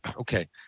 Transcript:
okay